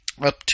up